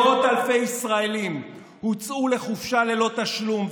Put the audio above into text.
מאות אלפי ישראלים הוצאו לחופשה ללא תשלום,